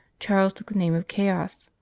charles took the name of chaos.